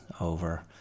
over